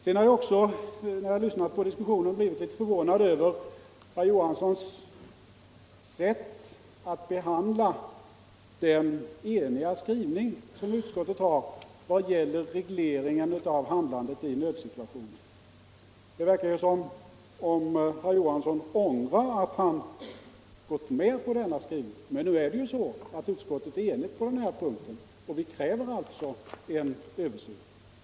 Sedan har jag också, när jag lyssnat till diskussionen, blivit litet förvånad över herr Johanssons sätt att behandla den eniga skrivning som utskottet gjort vad gäller regleringen av handlandet i nödsituationer. Det verkar som om herr Johansson ångrar att han gått med på denna skrivning. Men nu är det ju så att utskottet är enigt på denna punkt, och vi kräver alltså en översyn.